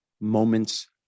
moments